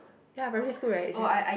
ya primary school right